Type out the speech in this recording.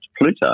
Pluto